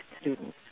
students